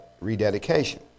rededication